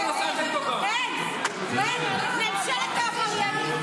------ ממשלת העבריינים.